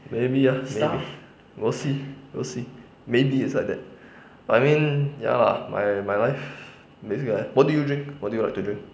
maybe ah we'll see we'll see maybe is like that but I mean ya lah my my life basically like that what do you drink what do you like to drink